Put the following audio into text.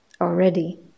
already